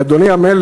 כי, אדוני המלך,